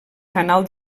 canal